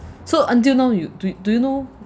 so until now you do~ do you know